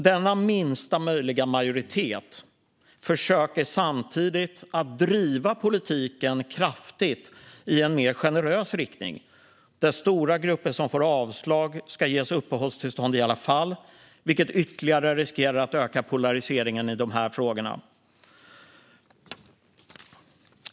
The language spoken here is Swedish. Denna minsta möjliga majoritet försöker samtidigt kraftigt att driva politiken i en mer generös riktning, där stora grupper som får avslag ska ges uppehållstillstånd i alla fall, vilket ytterligare riskerar att öka polariseringen i dessa frågor.